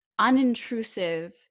unintrusive